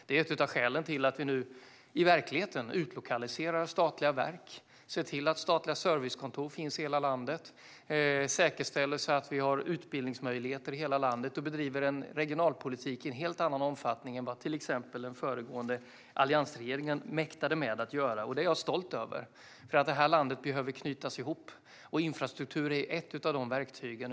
Det är ett av skälen till att vi nu i verkligheten utlokaliserar statliga verk, ser till att statliga servicekontor finns i hela landet och säkerställer att vi har utbildningsmöjligheter i hela landet. Vi bedriver en regionalpolitik i en helt annan omfattning än vad till exempel den föregående alliansregeringen mäktade med att göra. Detta är jag stolt över. Landet behöver knytas ihop, och infrastruktur är ett av verktygen.